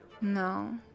No